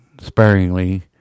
sparingly